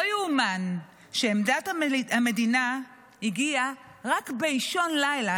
לא יאומן שעמדת המדינה הגיעה רק באישון לילה,